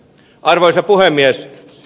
arvoisa puhemies